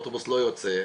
אוטובוס לא יוצא,